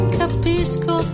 capisco